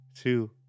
two